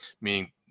meaning